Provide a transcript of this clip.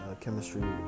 chemistry